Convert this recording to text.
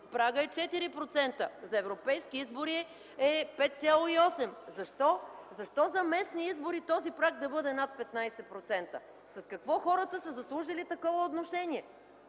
прагът е 4%, за европейски избори е 5,8%. Защо за местни избори този праг да бъде над 15%? С какво хората са заслужили такова отношение?